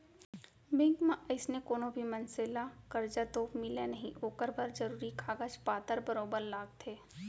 bank म अइसने कोनो भी मनसे ल करजा तो मिलय नई ओकर बर जरूरी कागज पातर बरोबर लागथे